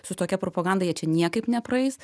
su tokia propaganda jie čia niekaip nepraeis